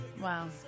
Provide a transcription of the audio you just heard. Wow